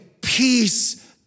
peace